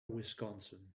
wisconsin